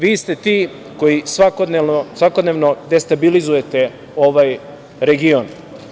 Vi ste ti koji svakodnevno destabilizujete ovaj region.